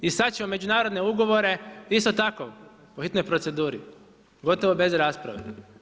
I sad ćemo međunarodne ugovore isto tako u hitnoj proceduri, gotovo bez rasprave.